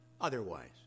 otherwise